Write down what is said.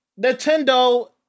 nintendo